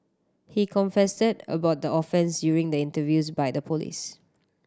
he confessed about the offence during the interviews by the police